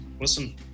listen